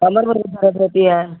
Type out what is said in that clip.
कमर में भी दर्द रहती है